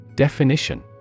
Definition